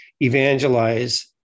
evangelize